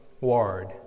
word